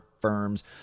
firms